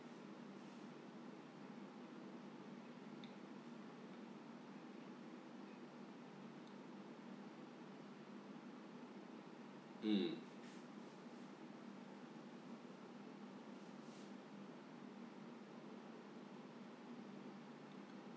mm